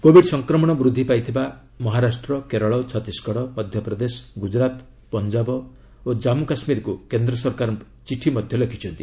covid ସଂକ୍ରମଣ ବୃଦ୍ଧି ପାଇଥିବା ମହାରାଷ୍ଟ୍ର କେରଳ ଛତିଶଗଡ଼ ମଧ୍ୟପ୍ରଦେଶ ଗୁଜରାତ ପଞ୍ଜାବ ଓ କାଶ୍ମୁ କାଶ୍ମୀରକୁ କେନ୍ଦ୍ର ସରକାର ଚିଠି ଲେଖିଛନ୍ତି